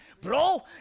Bro